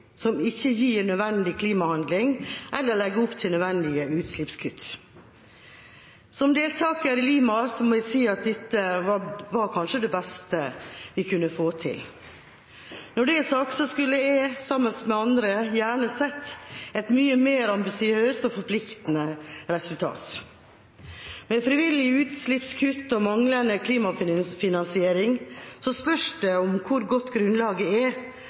som verken gir nødvendig klimahandling eller legger opp til nødvendige utslippskutt. Som deltaker i Lima må jeg si at dette var kanskje det beste vi kunne få til. Når det er sagt, skulle jeg – sammen med andre – gjerne sett et mye mer ambisiøst og forpliktende resultat. Med frivillige utslippskutt og manglende klimafinansiering spørs det hvor godt grunnlaget er